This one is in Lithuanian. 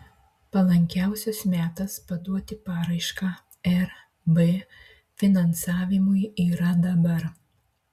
palankiausias metas paduoti paraišką rb finansavimui yra dabar